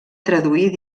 traduir